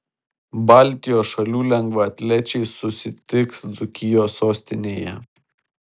baltijos šalių lengvaatlečiai susitiks dzūkijos sostinėje